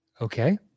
Okay